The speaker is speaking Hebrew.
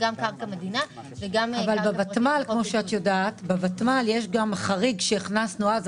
אבל בוותמ"ל כמו שאת יודעת יש גם חריג שהכנסנו אז,